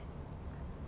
but